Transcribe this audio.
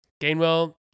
Gainwell